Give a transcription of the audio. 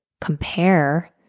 compare